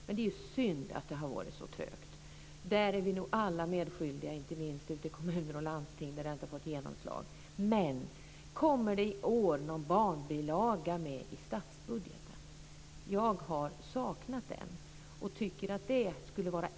Men det är synd att det har varit så trögt. Där är vi nog alla medskyldiga, inte minst ute i kommuner och landsting där det inte fått genomslag. Kommer det i år någon barnbilaga med i statsbudgeten? Jag har saknat den.